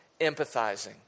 empathizing